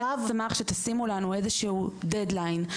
אשמח שתשימו לנו דד ליין,